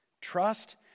Trust